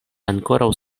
ankoraŭ